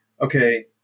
okay